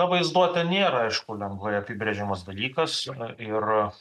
na vaizduotė nėra aišku lengvai apibrėžiamas dalykas na ir